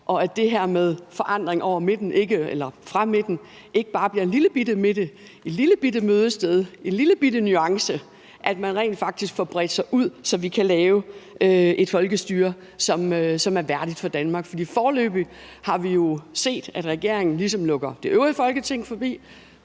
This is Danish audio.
og at det her med forandring over midten, eller fra midten, ikke bare bliver en lillebitte midte, et lillebitte mødested, en lillebitte nuance, men at man rent faktisk får bredt sig ud, så vi kan lave et folkestyre, som er værdigt for Danmark. For foreløbig har vi jo set, at regeringen ligesom lukker det øvrige Folketing ude,